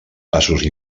passos